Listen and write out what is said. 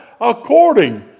according